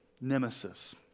nemesis